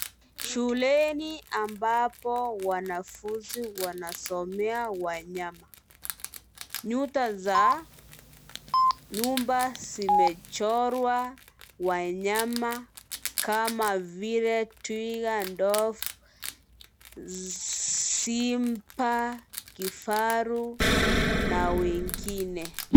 Shuleni, ambapo, wanafunzi, wanasomea wanyama, nyuta za, nyumba, zimechorwa, wanyama, kama vile, twiga, ndovu, simba, kifaru, na wengine.